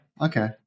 Okay